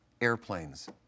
airplanes